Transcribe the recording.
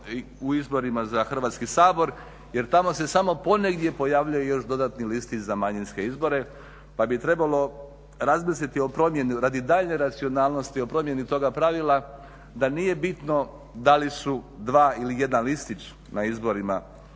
u izborima za Hrvatski sabor jer tamo se samo ponegdje pojavljuje još dodatni listić za manjinske izbore. Pa bi trebalo razmisliti o promjeni radi daljnje racionalnosti, o promjeni toga pravila da nije bitno da li su dva ili jedan listić na izborima